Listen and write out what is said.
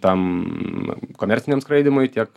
tam komerciniam skraidymui tiek